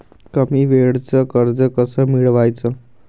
कमी वेळचं कर्ज कस मिळवाचं?